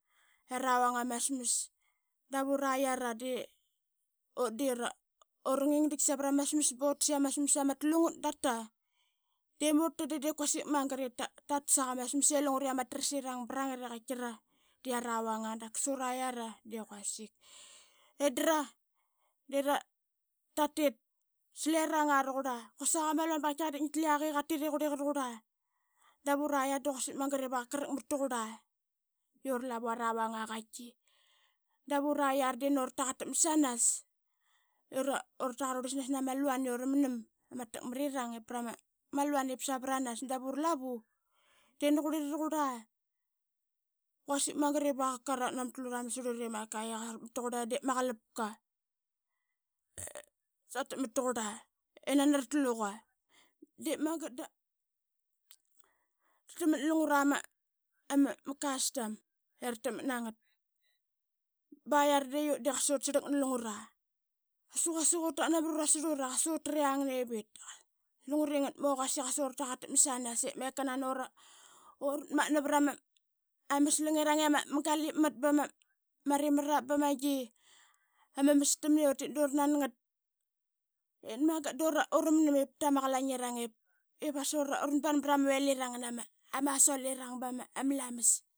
I aravanga ama smas. Dap uri yara de ut de ura nginngdit savara ma smas botas ima smas ama tlungat dapta de mur ta de dep quasik mangat ip tatas aqama smas i lungare ama trasirang brangat i quitra de aravanga dap qasa oria yara de quasik. Indra de ratit slengra ruqura quasik ama luan ba qaitiqar dep ngiti yak qatit i qureqa ruqura dap ura i yara da quasik mangat i vaqak karakmat tuqura dap ura i yara de quasik mangat i vaqak karakmat tuqura i ura lavu aravanga qaitiki. Dap ura i yara de nani orotaqatakmat sanas i ura taqarurisnas nama laun i uramnam ama takmarirang ip prama luan ip savaranas dap uralavu de nani qurera ruqura quasik mangat ip aqakaratnamata lura ama slura i makai i qarakmatuqura i dep ama qalapka satakmat tuqura i nani rutluqa i dep ama qalapka satakmattuqura i nani rutluqa. Dep mangat ratakmat lungura ama custom i ratakmat nangat bai ara de ut de ut de qasa ut slrak na lungura qasa quasik utat namat uraslura qaso triang navit lungure i ngat maqas i qasa ura tagatakmat sanas ip maka nani uratmatna vara ama slangirang i ama galipmat bama rimarirapi bamagi ama mastamna i utit dorangat ip nani mangat do ramnam ip tama qalingirang ip uranban brama oilrang ngan ama asaltlirang bama lamas.